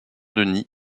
denis